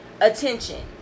attention